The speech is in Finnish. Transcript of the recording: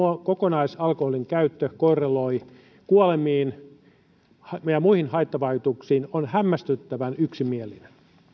kokonaisalkoholinkäyttö korreloi kuolemiin ja muihin haittavaikutuksiin ovat hämmästyttävän yksimielisiä